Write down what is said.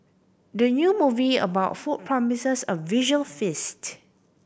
the new movie about food promises a visual feast